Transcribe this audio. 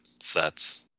sets